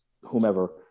whomever